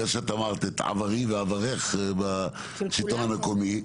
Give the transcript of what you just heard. בגלל שאמרת את עברי ועברך בשלטון המקומי.